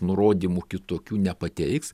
nurodymų kitokių nepateiks